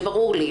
זה ברור לי.